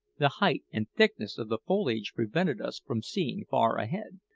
the height and thickness of the foliage prevented us from seeing far ahead.